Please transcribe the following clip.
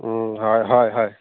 হয় হয় হয়